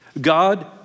God